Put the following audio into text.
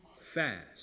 fast